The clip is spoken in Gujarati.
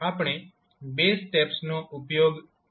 આપણે બે સ્ટેપ્સનો ઉપયોગ કરીએ છીએ